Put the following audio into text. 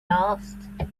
asked